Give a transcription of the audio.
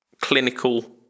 clinical